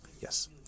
yes